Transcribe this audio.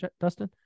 Dustin